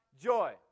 joy